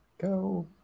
Go